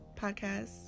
podcast